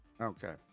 Okay